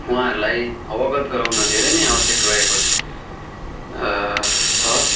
उहाँहरूलाई अवगत गराउन धेरै नै आवश्यक रहेको छ